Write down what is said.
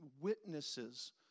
witnesses